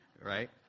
Right